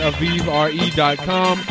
AvivRE.com